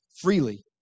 freely